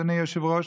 אדוני היושב-ראש,